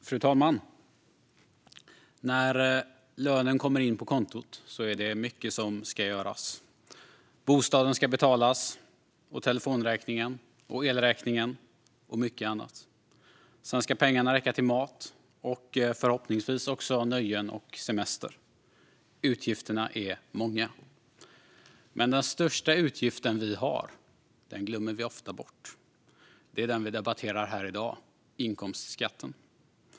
Fru talman! När lönen kommer in på kontot är det mycket som ska göras. Bostaden, telefonräkningen, elräkningen och mycket annat ska betalas. Sedan ska pengarna räcka till mat och förhoppningsvis också nöjen och semester. Utgifterna är många. Men den största utgiften vi har glömmer vi ofta bort. Det är den vi debatterar här i dag, nämligen inkomstskatten.